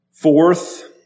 Fourth